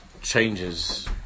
changes